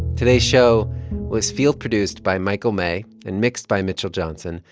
today's show was field produced by michael may and mixed by mitchell johnson.